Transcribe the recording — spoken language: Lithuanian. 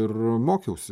ir mokiausi